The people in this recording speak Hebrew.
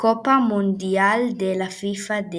Copa Mundial de la FIFA de